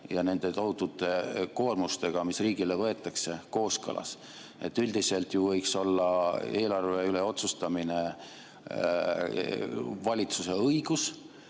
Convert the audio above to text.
ja nende tohutute koormustega, mis riigile võetakse, kooskõlas? Üldiselt ju võiks olla eelarve üle otsustamine valitsuse õigus,